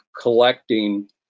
collecting